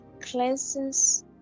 cleanses